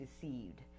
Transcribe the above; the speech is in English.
deceived